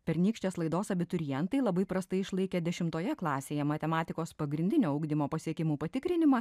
pernykštės laidos abiturientai labai prastai išlaikė dešimtoje klasėje matematikos pagrindinio ugdymo pasiekimų patikrinimą